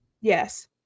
yes